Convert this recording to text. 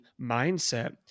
mindset